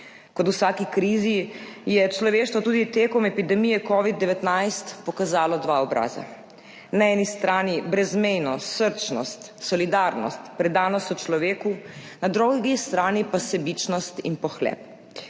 Kot v vsaki krizi je človeštvo tudi tekom epidemije covida-19 pokazalo dva obraza, na eni strani brezmejno srčnost, solidarnost, predanost sočloveku, na drugi strani pa sebičnost in pohlep.